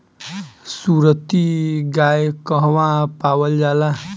सुरती गाय कहवा पावल जाला?